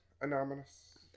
Anonymous